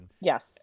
Yes